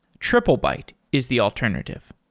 triplebyte is the alternative.